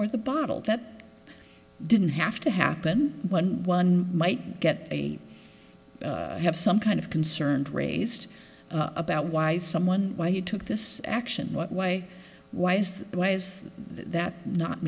or the bottle that didn't have to happen when one might get eight have some kind of concerned raised about why someone why he took this action why why is that why is that not